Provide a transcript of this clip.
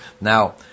Now